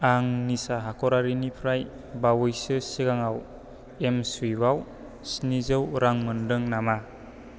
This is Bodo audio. आं निसा हाख'रारिनिफ्राय बावैसो सिगाङव एमस्वुइफआव स्निजौ रां मोनदों नामा